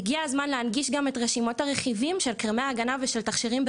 הגיע הזמן להנגיש גם את רשימות הרכיבים של קרמי הגנה ותכשירים בכלל,